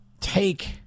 take